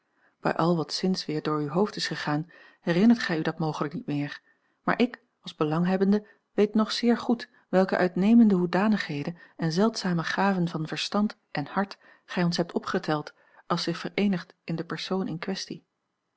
bij al wat sinds weer door uw hoofd is gegaan herinnert gij u dat mogelijk niet meer maar ik als belanghebbende weet nog zeer goed welke uitnemende hoedanigheden en zeldzame gaven van verstand en hart gij ons hebt opgeteld als zich vereenigend in de persoon in kwestie